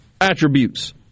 attributes